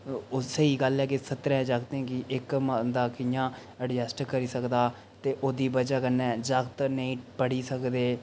ओह् स्हेई गल्ल ऐ कि सत्तरें जागतें गी इक बंदा कियां अडजस्ट करी सकदा ते ओह्दी बजह कन्नै जागत नेईं पढ़ी सकदे